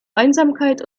einsamkeit